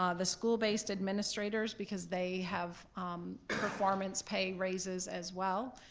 um the school-based administrators, because they have performance pay raises as well,